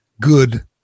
good